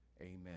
amen